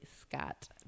Scott